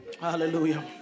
Hallelujah